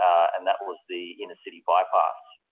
and that was the inner-city bypass.